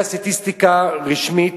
על-פי הסטטיסטיקה הרשמית,